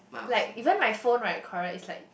like even my phone right correct is like